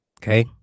Okay